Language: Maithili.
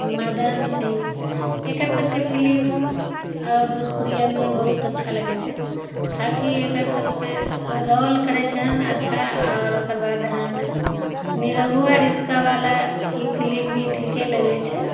मदन सिंह एकर सभके फिलिम आओर भोजपुरिआमे बहुत अच्छा लगै छै ताकि एकर सभके रोल करे छन अच्छा आओर ओकर बाद हँ निरहुआ रिक्शावाला ई फिलिम भी ठिके लगै छै